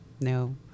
no